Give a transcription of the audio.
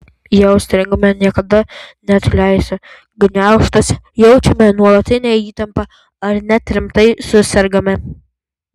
jei užstringame niekada neatleisiu gniaužtuose jaučiame nuolatinę įtampą ar net rimtai susergame